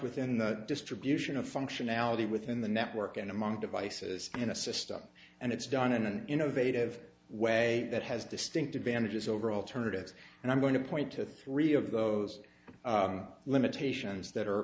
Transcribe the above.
within the distribution of functionality within the network and among devices in a system and it's done in an innovative way that has distinct advantages over alternatives and i'm going to point to three of those limitations that are